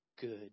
good